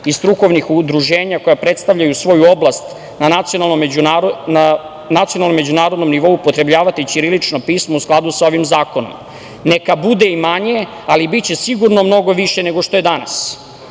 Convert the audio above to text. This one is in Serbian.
i strukovnih udruženja koja predstavljaju svoju oblast na nacionalnom međunarodnom nivou upotrebljavati ćirilično pismo u skladu sa ovim zakonom. Neka bude i manje, ali biće sigurno mnogo više nego što je danas. Nama